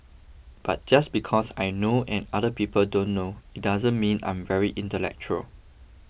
but just because I know and other people don't know it doesn't mean I'm very intellectual